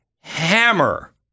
hammer